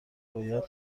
باید